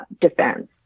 defense